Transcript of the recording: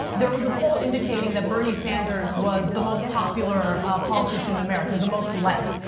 there was a poll indicating that bernie sanders was the most popular politician in america, the most liked.